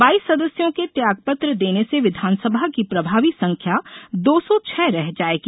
बाईस सदस्यों के त्यागपत्र देने से विधानसभा की प्रभावी संख्या दो सौ छह रह जाएगी